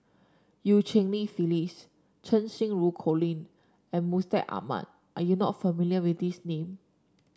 Eu Cheng Li Phyllis Cheng Xinru Colin and Mustaq Ahmad are you not familiar with these name